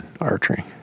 archery